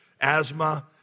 asthma